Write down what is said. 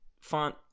font